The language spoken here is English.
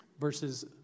verses